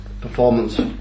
performance